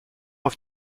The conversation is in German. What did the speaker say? auf